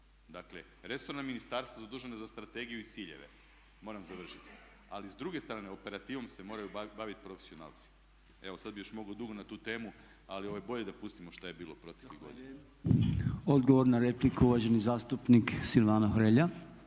Dakle, resorna ministarstva su zadužena za strategiju i ciljeve, moram završiti, ali s druge strane operativom se moraju baviti profesionalci. Evo, sad bih još mogao dugo na tu temu ali bolje da pustimo što je bilo proteklih godina. **Podolnjak, Robert (MOST)** Zahvaljujem.